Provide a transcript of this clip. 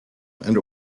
and